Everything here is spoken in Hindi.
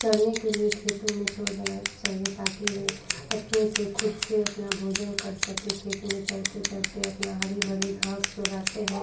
चरने के लिए खेतों में छोड़ देना चहिए ताकि वे अपने से खुद से अपना भोजन कर सकें खेत में चरते चरते अपना हरी भरी घास जो रहते हैं